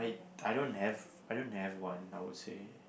I don't have I don't have one I would say